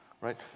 right